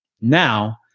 Now